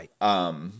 right